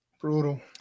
Brutal